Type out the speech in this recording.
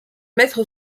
mettre